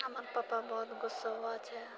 हमर पापा बहुत गुस्सवा छै